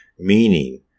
Meaning